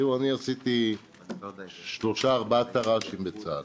תראו, עשיתי שלושה-ארבעה תר"שים בצה"ל,